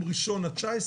אנחנו מדברים על יום אחד.